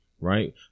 right